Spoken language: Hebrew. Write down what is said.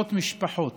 עשרות משפחות